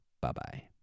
Bye-bye